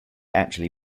actually